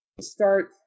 start